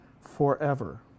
forever